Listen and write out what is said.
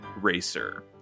racer